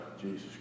Jesus